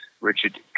Richard